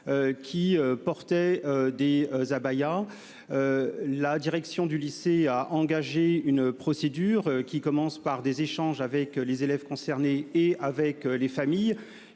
portaient des abayas. La direction du lycée a engagé une procédure, qui commence par des échanges avec les élèves concernées et avec les familles,